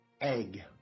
egg